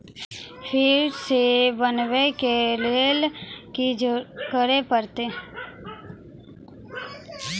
फेर सॅ बनबै के लेल की करे परतै?